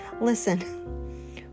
Listen